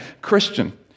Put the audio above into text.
Christian